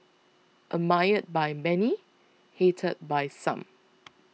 admired by many hated by some